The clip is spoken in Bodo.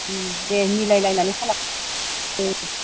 दे मिलाय लायनानै खालाम औ